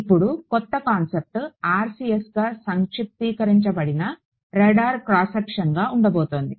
ఇక్కడ కొత్త కాన్సెప్ట్ RCSగా సంక్షిప్తీకరించబడిన రాడార్ క్రాస్ సెక్షన్గా ఉండబోతోంది